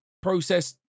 process